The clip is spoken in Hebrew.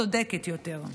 וצודקת יותר.